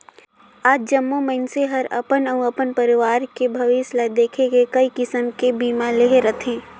आज जम्मो मइनसे हर अपन अउ अपन परवार के भविस्य ल देख के कइ किसम के बीमा लेहे रथें